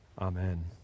Amen